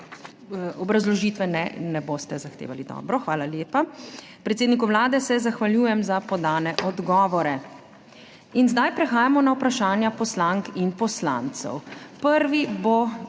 Obrazložitve ne boste zahtevali. Dobro, hvala lepa. Predsedniku Vlade se zahvaljujem za podane odgovore. Prehajamo na vprašanja poslank in poslancev. Prvi bo